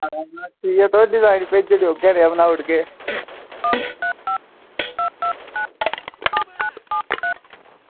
ठीक ऐ तुस डिजाईन भेजी ओड़गे उऐ निहां बनाई ओड़गे